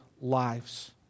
lives